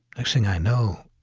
next thing i know,